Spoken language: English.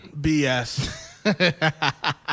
BS